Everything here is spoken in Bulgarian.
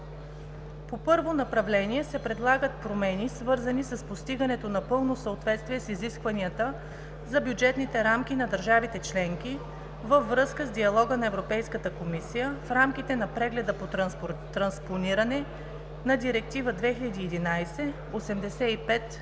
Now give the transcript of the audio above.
По първото направление се предлагат промени, свързани с постигането на пълно съответствие с изискванията за бюджетните рамки на държавите – членки във връзка с диалога с ЕК в рамките на прегледа по транспониране на Директива 2011/85/ЕС